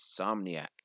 insomniac